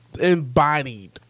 embodied